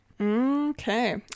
Okay